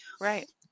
Right